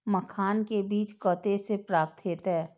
मखान के बीज कते से प्राप्त हैते?